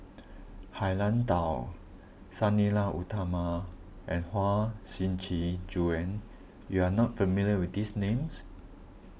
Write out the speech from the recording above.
Han Lao Da Sang Nila Utama and Huang Shiqi Joan you are not familiar with these names